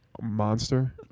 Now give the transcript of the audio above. monster